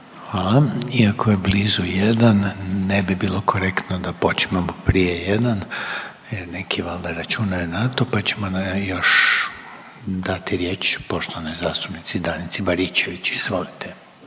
(HDZ)** Iako je blizu jedan ne bi bilo korektno da počnemo prije jedan jel neki valda računaju na to, pa ćemo još dati riječi poštovanoj zastupnici Danici Baričević. Izvolite.